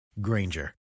Granger